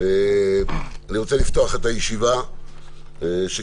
בוקר טוב לכולם, אני פותח את הישיבה שכינסנו,